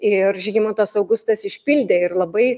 ir žygimantas augustas išpildė ir labai